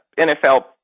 NFL